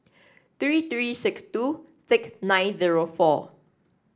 three three six two six nine zero four